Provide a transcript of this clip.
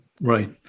right